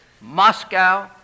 Moscow